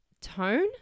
tone